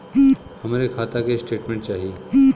हमरे खाता के स्टेटमेंट चाही?